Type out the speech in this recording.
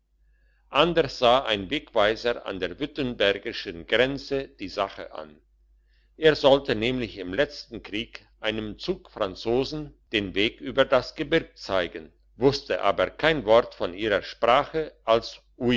anders sah ein wegweiser an der württembergischen grenze die sache an er sollte nämlich im letzten krieg einem zug franzosen den weg über das gebirg zeigen wusste aber kein wort von ihrer sprache als